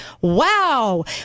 wow